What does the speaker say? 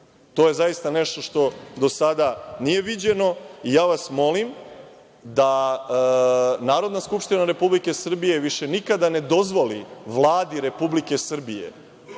je zaista nešto što do sada nije viđeno. Ja vas molim da Narodna skupštine Republike Srbije više nikada ne dozvoli Vladi Republike Srbije